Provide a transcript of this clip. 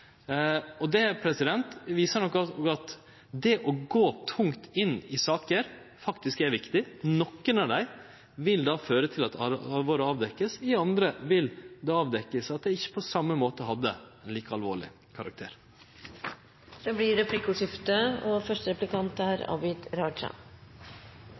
Det viser at det å gå tungt inn i saker er viktig. I nokre av dei vil det føre til at alvoret vert avdekt, i andre vil det verte avdekt at det ikkje på same måte hadde ein like alvorleg karakter. Det blir replikkordskifte.